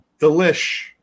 Delish